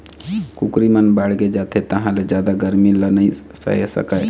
कुकरी मन बाड़गे जाथे तहाँ ले जादा गरमी ल नइ सहे सकय